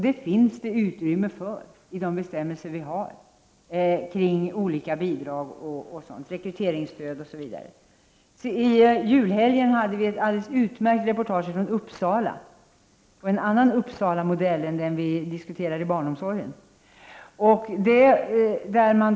Det finns utrymme för det i bestämmelserna för olika bidrag, rekryteringsstöd m.m. I julhelgen fick vi ett utmärkt reportage från Uppsala om en annan Uppsalamodell än den vi brukar diskutera i fråga om barnomsorgen.